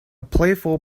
playful